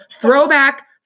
throwback